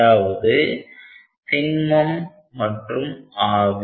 அதாவது திண்மம் மற்றும் ஆவி